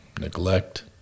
neglect